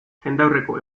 jendaurreko